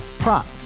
Prop